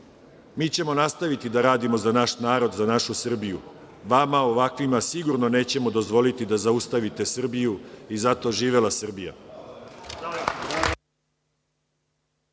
ćemo nastaviti da radimo za naš narod, za našu Srbiju. Vama ovakvima sigurno nećemo dozvoliti da zaustavite Srbiju. Zato živela Srbija!